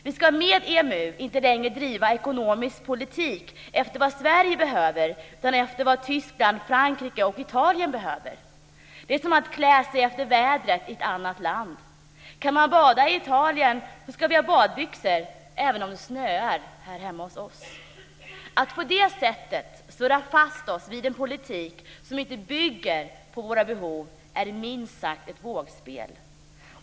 Vi ska med EMU inte längre driva ekonomisk politik efter vad Sverige behöver utan efter vad Tyskland, Frankrike och Italien behöver. Det är som att kläda sig efter vädret i ett annat land. Kan man bada i Italien ska vi ha badbyxor, även om det snöar hemma hos oss. Att på det sättet surra fast oss vid en politik som inte bygger på våra behov är minst sagt ett vågspel.